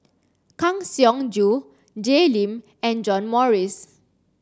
Kang Siong Joo Jay Lim and John Morrice